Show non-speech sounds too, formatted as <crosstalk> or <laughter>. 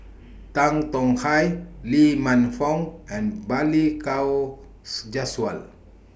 Tan Tong Hye Lee Man Fong and Balli Kaur <unintelligible> Jaswal